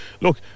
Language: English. Look